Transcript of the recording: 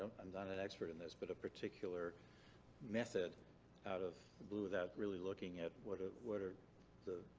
i'm not an expert in this, but a particular method out of the blue without really looking at what ah what are the.